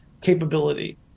capability